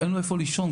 איפה לישון,